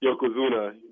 Yokozuna